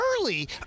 early